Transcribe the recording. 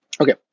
Okay